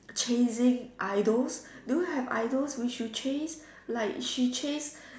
chasing idols do you have idols which you chase like she chase